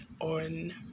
on